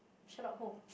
Sherlock-Holmes